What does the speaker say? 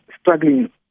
struggling